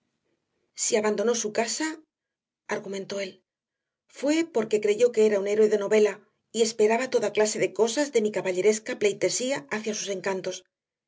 si abandonó su casa argumentó él fue porque creyó que era un héroe de novela y esperaba toda clase de cosas de mi caballeresca pleitesía hacia sus encantos